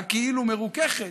הכאילו-מרוככת,